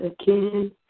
again